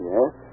Yes